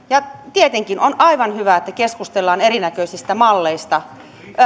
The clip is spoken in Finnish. tietenkin on aivan hyvä että keskustellaan erinäköisistä malleista